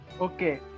Okay